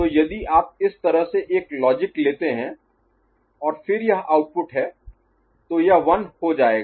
तो यदि आप इस तरह से एक लॉजिक Logic तर्क लेते हैं और फिर यह आउटपुट है तो यह 1 हो जाएगा